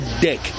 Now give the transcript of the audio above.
dick